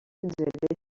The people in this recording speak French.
endémique